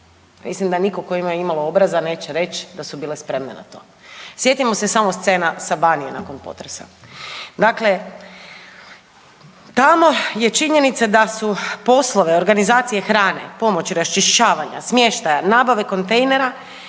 Mislim da nitko tko ima imalo obraza neće reći da su bile spremne na to. Sjetimo se samo scena sa Banije nakon potresa. Dakle, tamo je činjenica da su poslove organizacije hrane i pomoći raščišćavanja, smještaja, nabave kontejnera